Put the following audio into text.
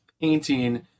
painting